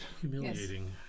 Humiliating